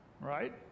right